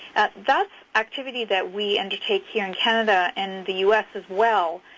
that's activity that we undertake here in canada and the u s. as well,